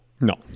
No